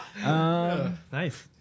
Nice